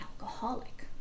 alcoholic